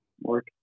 work